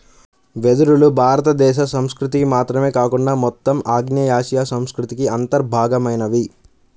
వెదురులు భారతదేశ సంస్కృతికి మాత్రమే కాకుండా మొత్తం ఆగ్నేయాసియా సంస్కృతికి అంతర్భాగమైనవి